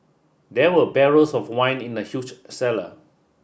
there were barrels of wine in the huge cellar